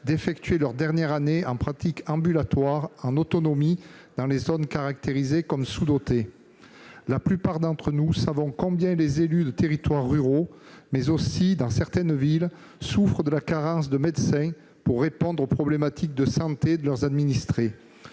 d'effectuer leur dernière année en pratique ambulatoire, en autonomie, dans les zones caractérisées comme sous-dotées, et nous l'adoptions. La plupart d'entre nous savent combien les élus de territoires ruraux, mais aussi dans certaines villes, souffrent de la carence de médecins pour répondre aux problématiques de santé de leurs administrés.